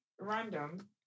random